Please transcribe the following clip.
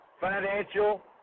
financial